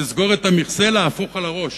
לסגור את המכסה ולהפוך על הראש.